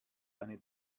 eine